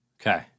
Okay